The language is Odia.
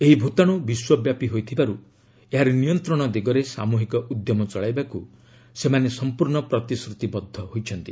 ଏହି ଭୂତାଣୁ ବିଶ୍ୱବ୍ୟାପୀ ହୋଇଥିବାର୍ତ ଏହାର ନିୟନ୍ତ୍ରଣ ଦିଗରେ ସାମୁହିକ ଉଦ୍ୟମ ଚଳାଇବାକୁ ସେମାନେ ସମ୍ପର୍ଷ୍ଣ ପ୍ରତିଶ୍ରତିବଦ୍ଧ ହୋଇଛନ୍ତି